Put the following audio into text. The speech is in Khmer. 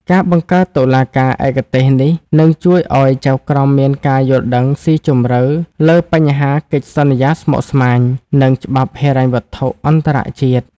ការបង្កើតតុលាការឯកទេសនេះនឹងជួយឱ្យចៅក្រមមានការយល់ដឹងស៊ីជម្រៅលើបញ្ហាកិច្ចសន្យាស្មុគស្មាញ និងច្បាប់ហិរញ្ញវត្ថុអន្តរជាតិ។